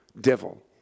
devil